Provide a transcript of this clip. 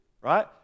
right